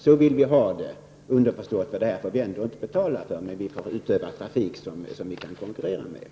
”Så vill vi ha det.” Det är underförstått att man ändå inte behöver betala för detta, men man kan driva trafik som är konkurrenskraftig.